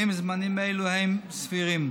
והאם זמנים אלו הם סבירים.